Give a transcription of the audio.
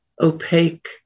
opaque